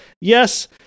yes